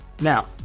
Now